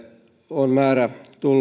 on määrä tulla